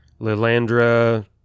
Lilandra